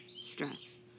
stress